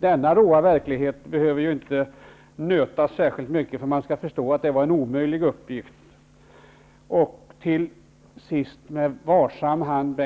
Denna råa verklighet behöver inte nötas särskilt mycket för att man skall förstå att uppgiften var omöjlig. Bengt Harding Olson bör med varsam hand